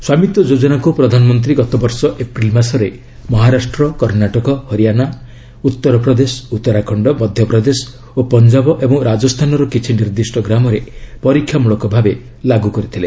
ସ୍ୱାମିତ୍ୱ ଯୋଜନାକ୍ ପ୍ରଧାନମନ୍ତ୍ରୀ ଗତବର୍ଷ ଏପ୍ରିଲ୍ ମାସରେ ମହାରାଷ୍ଟ୍ର କର୍ଷ୍ଣାଟକ ହରିୟାଣା ଉତ୍ତର ପ୍ରଦେଶ ଉତ୍ତରାଖଣ୍ଡ ମଧ୍ୟପ୍ରଦେଶ ଓ ପଞ୍ଜାବ ଏବଂ ରାଜସ୍ଥାନର କିଛି ନିର୍ଦ୍ଦିଷ୍ଟ ଗ୍ରାମରେ ପରୀକ୍ଷାମୂଳକ ଭାବେ ଲାଗୁ କରିଥିଲେ